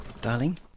darling